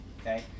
okay